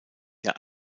der